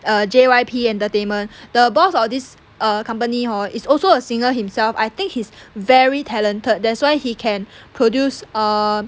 err J_Y_P entertainment the boss of this err company hor is also a singer himself I think he's very talented that's why he can produce err